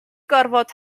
gorfod